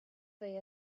they